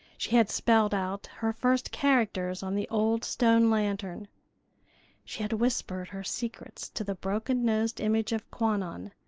she had spelled out her first characters on the old stone-lantern. she had whispered her secrets to the broken-nosed image of kwannon,